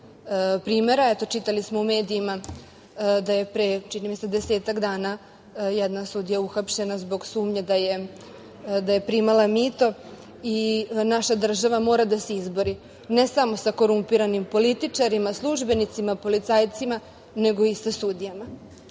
Eto, čitali smo u medijima da je pre, čini mi se, desetak dana jedna sudija uhapšena zbog sumnje da je primala mito i naša država mora da se izbori, ne samo sa korumpiranim političarima, službenicima, policajcima, nego i sa sudijama. Jedan